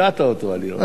אני שמח.